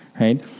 right